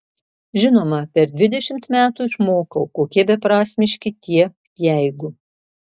žinoma per dvidešimt metų išmokau kokie beprasmiški tie jeigu